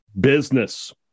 business